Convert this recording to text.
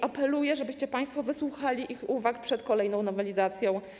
Apeluję, żebyście państwo wysłuchali ich uwag przed kolejną nowelizacją.